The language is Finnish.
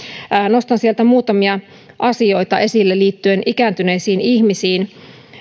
nostan sieltä muutamia asioita esille liittyen ikääntyneisiin ihmisiin